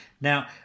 now